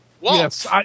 yes